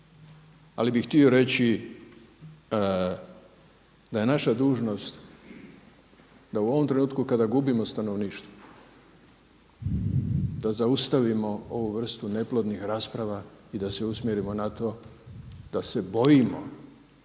Ali bih htio reći da je naša dužnost da u ovom trenutku kada gubimo stanovništvo da zaustavimo ovu vrstu neplodnih rasprava i da se usmjerimo na to da se bojimo